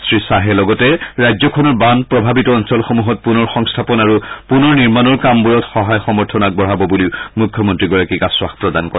শ্ৰীশ্বাহে লগতে ৰাজ্যখনৰ বান প্ৰভাৱিত অঞ্চলসমূহত পুনৰ সংস্থাপন আৰু পুনৰ নিৰ্মাণৰ কামবোৰত সহায় সমৰ্থন আগবঢ়াব বুলিও মুখ্যমন্ত্ৰীগৰাকীক আশ্বাস প্ৰদান কৰে